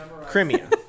Crimea